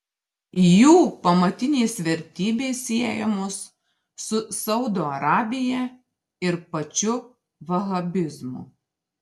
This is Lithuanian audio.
jų pamatinės vertybės siejamos su saudo arabija ir pačiu vahabizmu